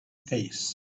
peace